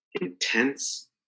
intense